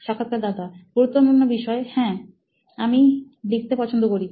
সাক্ষাৎকারদাতা গুরুত্বপূর্ণ বিষয় হ্যাঁ আমি লিখতে পছন্দ করি